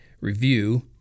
review